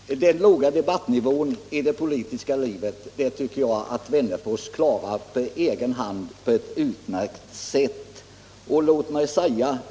Herr talman! Den låga debattnivån i det politiska livet tycker jag att herr Wennerfors klarar utmärkt på egen hand.